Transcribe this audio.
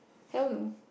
I don't know